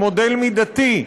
הוא מודל מידתי,